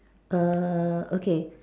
err okay